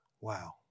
Wow